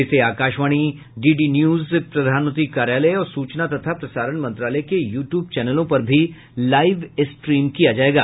इसे Akashvani DD news प्रधानमंत्री कार्यालय और सूचना तथा प्रसारण मंत्रालय के यूटूब चैनलों पर भी लाइव स्ट्रीम किया जायेगा